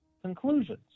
conclusions